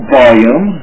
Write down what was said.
volume